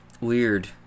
weird